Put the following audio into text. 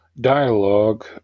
dialogue